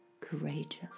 courageous